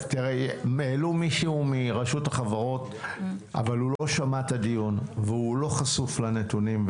העלו מישהו מרשות החברות אבל הוא לא שמע את הדיון והוא לא חשוף לנתונים,